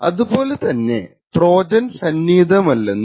അത് പോലെ തന്നെ ട്രോജൻ സന്നിഹിതമല്ലെന്നും